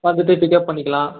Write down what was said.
வந்துவிட்டு பிக்கப் பண்ணிக்கலாம்